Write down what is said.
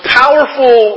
powerful